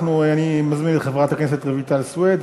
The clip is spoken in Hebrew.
אני מזמין את חברת הכנסת רויטל סויד,